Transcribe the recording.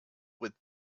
with